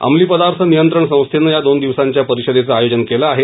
अंमली पदार्थ नियंत्रण संस्थेनं या दोन दिवसांच्या परिषदेचं आयोजन केलं आहे